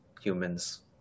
humans